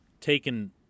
taken